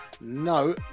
No